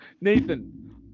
Nathan